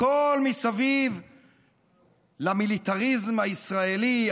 הכול מסביב למיליטריזם הישראלי,